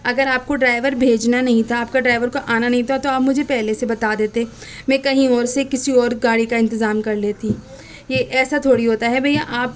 اگر آپ کو ڈرائیور بھیجنا نہیں تھا آپ کے ڈرائیور کو آنا نہیں تھا تو آپ مجھے پہلے سے بتا دیتے میں کہیں اور سے کسی اور گاڑی کا انتظام کر لیتی یہ ایسا تھوڑی ہوتا ہے بھیا آپ